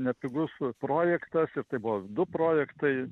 nepigus projektas ir tai buvo du projektai